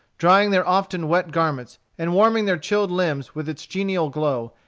drying their often wet garments, and warming their chilled limbs with its genial glow,